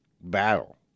Battle